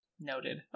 noted